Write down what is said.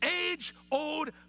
age-old